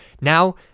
now